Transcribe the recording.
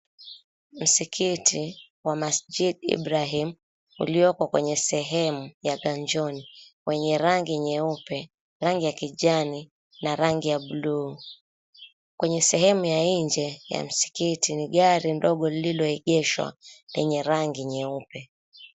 Msikiti wa Masjid Ibrahim ulioko kwenye sehemu ya Ganjoni. Wenye rangi nyeupe, rangi ya kijani na rangi ya blue . Kwenye sehemu ya nje ya msikiti ni gari ndogo lililoegeshwa lenye rangi nyeupe.